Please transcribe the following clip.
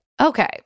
Okay